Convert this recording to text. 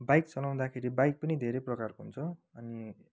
bike चलाउँदाखेरि bike पनि धेरै प्रकारको हुन्छ अनि